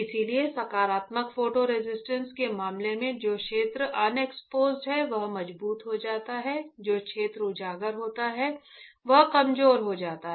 इसलिए सकारात्मक photo resist के मामले में जो क्षेत्र अनएक्सपोज्ड है वह मजबूत हो जाता है जो क्षेत्र उजागर होता है वह कमजोर हो जाता है